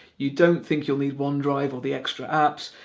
you don't think you'll need onedrive or the extra apps,